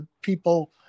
people